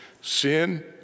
Sin